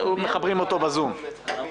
מחברים אותו ב"זום".